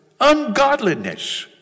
ungodliness